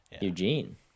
Eugene